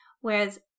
Whereas